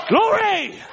Glory